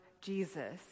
jesus